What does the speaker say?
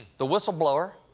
the whistleblower,